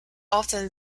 often